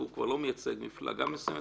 והוא כבר לא מייצג מפלגה מסוימת.